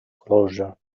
closure